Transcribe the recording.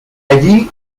allí